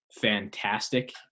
fantastic